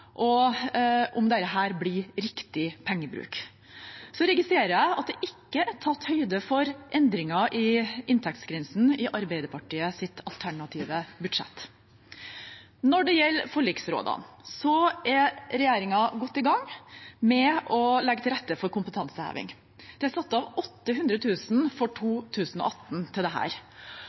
og av om dette blir riktig pengebruk. Jeg registrerer at det ikke er tatt høyde for endringer i inntektsgrensen i Arbeiderpartiets alternative budsjett. Når det gjelder forliksrådene, er regjeringen godt i gang med å legge til rette for kompetanseheving. Det er satt av 800 000 kr for 2018 til dette. Kursene skal også strømmes, så det